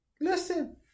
listen